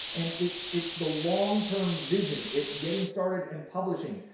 and it's, it's the longterm vision it's getting started and publishing.